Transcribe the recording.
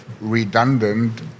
redundant